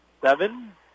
seven